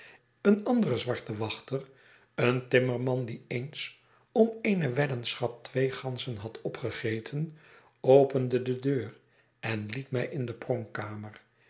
een andere zwarte wachter een tim merman die eens om eene weddenschap twee ganzen had opgegeten opende de deur en liet mij in de pronkkamer